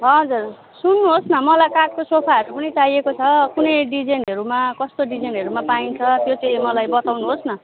हजुर सुन्नुहोस् न मलाई काठको सोफाहरू पनि चाहिएको छ कुनै डिजाइनहरूमा कस्तो डिजाइनहरूमा पाइन्छ त्यो चाहिँ मलाई बताउनुहोस् न